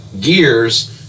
gears